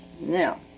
Now